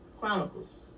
Chronicles